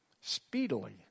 Speedily